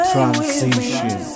Transition